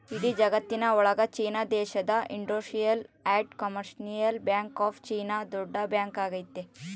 ಇಡೀ ಜಗತ್ತಿನ ಒಳಗ ಚೀನಾ ದೇಶದ industrial and commercial bank of China ದೊಡ್ಡ ಬ್ಯಾಂಕ್ ಆಗೈತೆ